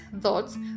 thoughts